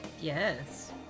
Yes